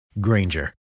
Granger